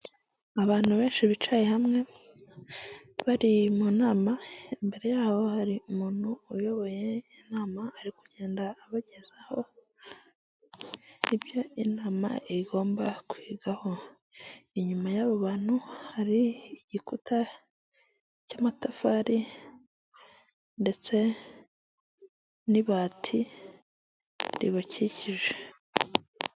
Aya n'ameza ari mu nzu, bigaragara ko aya meza ari ayokuriho arimo n'intebe nazo zibaje mu biti ariko aho bicarira hariho imisego.